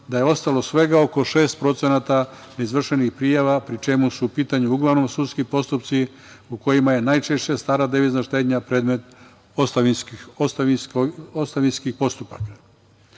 da je ostalo svega oko 6% neizvršenih prijava, pri čemu su u pitanju uglavnom sudski postupci u kojima je najčešće stara devizna štednja predmet ostavinskih postupaka. Važno